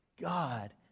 God